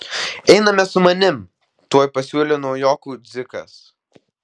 einame su manimi tuoj pasiūlė naujokui dzikas